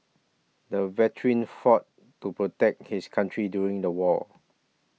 the veteran fought to protect his country during the war